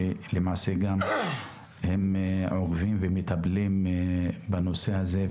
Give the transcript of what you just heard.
שעוקבים ומטפלים בנושא הזה,